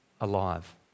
alive